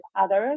others